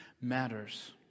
matters